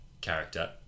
character